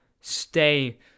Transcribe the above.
stay